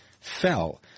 fell